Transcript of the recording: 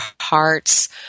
hearts